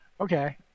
Okay